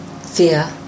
fear